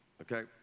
Okay